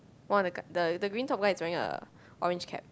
one of the guy the the green top guy is wearing a orange cap